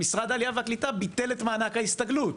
שמשרד העלייה והקליטה ביטל את מענק ההסתגלות.